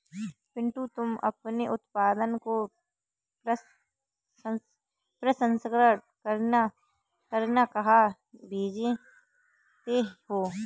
पिंटू तुम अपने उत्पादन को प्रसंस्करण करने कहां भेजते हो?